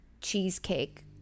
cheesecake